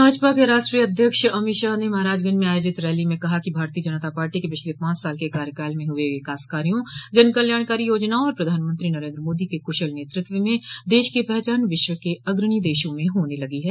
भाजपा के राष्ट्रीय अध्यक्ष अमित शाह ने महराजगंज में आयोजित रैली में कहा कि भारतीय जनता पार्टी के पिछले पांच साल के कार्यकाल में हुए विकास कार्यो जनकल्याणकारी योजनाओं और प्रधानमंत्री नरेन्द्र मोदी के कुशल नेतृत्व में देश की पहचान विश्व के अग्रणी देशों में होने लगी है